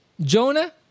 Jonah